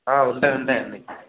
ఉంటాయి ఉంటాయండి